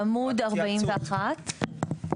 בעמוד 41,